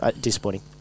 disappointing